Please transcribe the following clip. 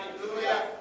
Hallelujah